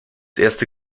erste